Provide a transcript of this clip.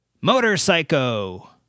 Motorcycle